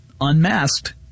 unmasked